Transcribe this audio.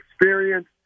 experience